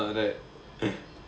uh right